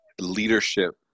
leadership